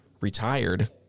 retired